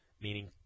meaning